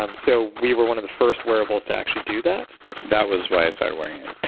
um so we were one of the first wearables to actually do that that was why i started wearing it.